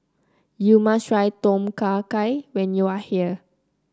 you must try Tom Kha Gai when you are here